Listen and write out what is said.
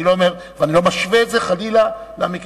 אני לא אומר ואני לא משווה את זה חלילה למקרה,